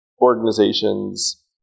organizations